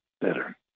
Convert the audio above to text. better